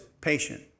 patient